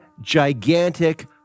gigantic